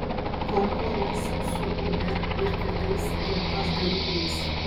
konkuruos su uber ir kitais rinkos dalyviais